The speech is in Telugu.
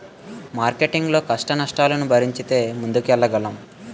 మార్కెటింగ్ లో కష్టనష్టాలను భరించితే ముందుకెళ్లగలం